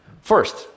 First